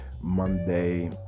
Monday